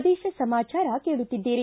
ಪ್ರದೇಶ ಸಮಾಚಾರ ಕೇಳುತ್ತಿದ್ದೀರಿ